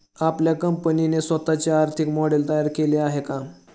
आपल्या कंपनीने स्वतःचे आर्थिक मॉडेल तयार केले आहे का?